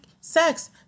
sex